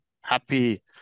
happy